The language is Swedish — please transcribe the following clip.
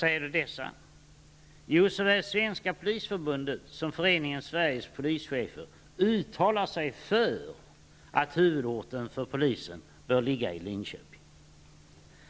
Jo, såväl Svenska Polisförbundet som Föreningen Sveriges polischefer uttalar sig för att huvudorten för polisen bör ligga i Linköping.